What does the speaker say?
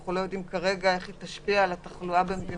שאנחנו לא יודעים איך היא תשפיע על התחלואה בישראל.